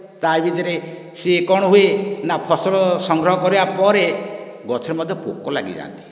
ତା'ଭିତରେ ସେ କ'ଣ ହୁଏ ନା ଫସଲ ସଂଗ୍ରହ କରିବା ପରେ ଗଛରେ ମଧ୍ୟ ପୋକ ଲାଗିଯାଆନ୍ତି